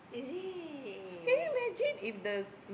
is it